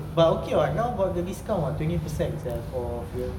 but okay what ah now got the discount what twenty percent sia for fuel